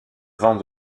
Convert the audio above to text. vent